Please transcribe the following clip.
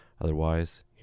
Otherwise